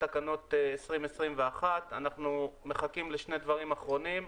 תקנות 2021. אנחנו מחכים לשני דברים אחרונים.